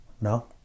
No